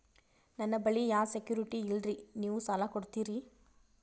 ನನ್ನ ಬಳಿ ಯಾ ಸೆಕ್ಯುರಿಟಿ ಇಲ್ರಿ ನೀವು ಸಾಲ ಕೊಡ್ತೀರಿ?